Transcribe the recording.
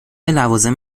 لوازم